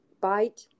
bite